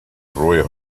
roy